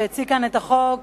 שהציג כאן את החוק